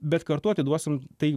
bet kartu atiduosim tai